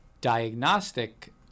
diagnostic